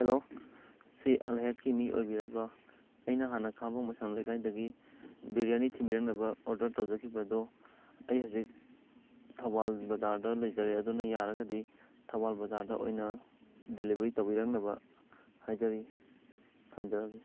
hello ꯁꯤ ꯑꯜ ꯍꯌꯥꯠꯀꯤ ꯃꯤ ꯑꯣꯏꯕꯤꯔꯕꯣ ꯑꯩꯅ ꯍꯥꯟꯅ ꯈꯥꯡꯉꯕꯣꯛ ꯃꯨꯁꯝ ꯂꯩꯀꯥꯏꯗꯒꯤ ꯕꯤꯔꯌꯥꯅꯤ ꯊꯤꯟꯕꯤꯔꯛꯅꯕ ꯑꯣꯗꯔ ꯇꯧꯖꯈꯤꯕꯗꯣ ꯑꯩ ꯍꯧꯖꯤꯛ ꯊꯧꯕꯥꯜ ꯕꯖꯥꯔꯗ ꯂꯩꯖꯔꯦ ꯑꯗꯨꯅ ꯌꯥꯔꯒꯗꯤ ꯊꯧꯕꯥꯜ ꯕꯖꯥꯔꯗ ꯑꯣꯏꯅ ꯗꯦꯂꯤꯕꯔꯤ ꯇꯧꯕꯤꯔꯛꯅꯕ ꯍꯥꯏꯖꯔꯤ ꯊꯝꯖꯔꯒꯦ